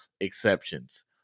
exceptions